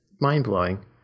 mind-blowing